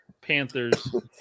Panthers